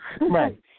Right